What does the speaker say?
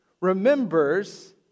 remembers